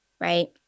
right